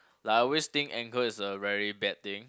I always think anger is a very bad thing